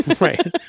Right